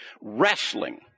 wrestling